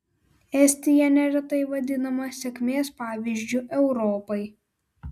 estija neretai vadinama sėkmės pavyzdžiu europai